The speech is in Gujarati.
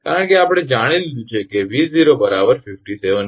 કારણ કે આપણે જાણી લીધું છે 𝑉0 57 𝑘𝑉